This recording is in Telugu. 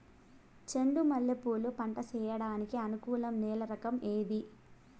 చెండు మల్లె పూలు పంట సేయడానికి అనుకూలం నేల రకం ఏది